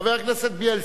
חבר הכנסת בילסקי,